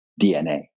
DNA